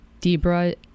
Debra